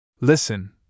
Listen